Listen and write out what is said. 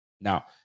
Now